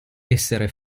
essere